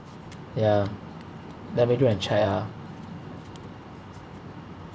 ya let me go and check ah